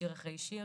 שיר אחרי שיר,